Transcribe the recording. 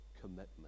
commitment